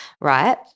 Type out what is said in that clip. right